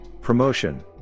promotion